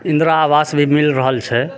इंदिरा आवास भी मिल रहल छै